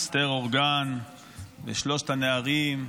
אסתר הורגן ושלושת הנערים,